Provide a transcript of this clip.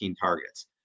targets